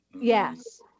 Yes